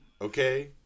okay